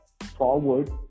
forward